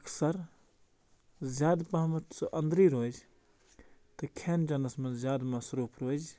اکثر زیادٕ پَہمَتھ سُہ أنٛدرٕے روزِ تہٕ کھٮ۪ن چٮ۪نَس منٛز زیادٕ مَصروٗف روزِ